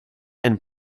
and